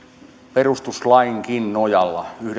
perustuslainkin nojalla eduskunnan